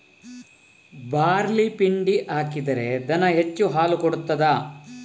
Barley ಪಿಂಡಿ ಹಾಕಿದ್ರೆ ದನ ಹೆಚ್ಚು ಹಾಲು ಕೊಡ್ತಾದ?